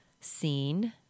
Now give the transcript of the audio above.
seen